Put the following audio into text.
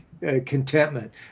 Contentment